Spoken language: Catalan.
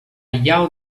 llau